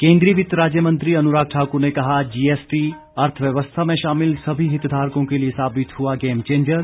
केन्द्रीय वित्त राज्य मंत्री अनुराग ठाकुर ने कहा जीएसटी अर्थव्यवस्था में शामिल सभी हितधारकों के लिए साबित हुआ गेमचेंजर